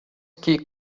que